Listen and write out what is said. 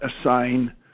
assign